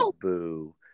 boo